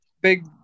big